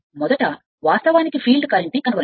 మొదట వాస్తవానికి ఫీల్డ్ కరెంట్ను కనుగొనండి